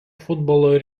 futbolo